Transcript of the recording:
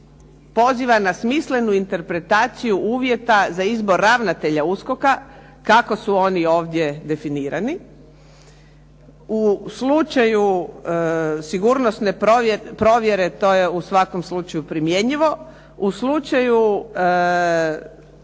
poziva na smislenu interpretaciju uvjeta za izbor ravnatelja USKOK-a kako su oni ovdje definirani u slučaju sigurnosne provjere to je u svakom slučaju primjenjivo, u slučaju